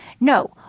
No